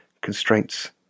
constraints